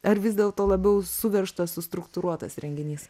ar vis dėlto labiau suveržtas sustruktūruotas renginys